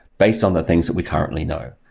based on the things that we currently know?